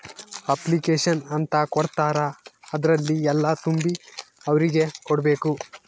application ಅಂತ ಕೊಡ್ತಾರ ಅದ್ರಲ್ಲಿ ಎಲ್ಲ ತುಂಬಿ ಅವ್ರಿಗೆ ಕೊಡ್ಬೇಕು